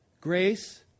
Grace